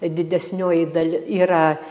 didesnioji dal yra